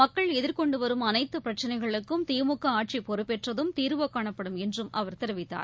மக்கள் எதிர்கொண்டுவரும் அனைத்து பிரச்சினைகளுக்கும் திமுக ஆட்சி பொறுப்பேற்றதும் தீர்வுகாணப்படும் என்றும் அவர் தெரிவித்தார்